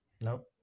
Nope